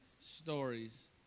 stories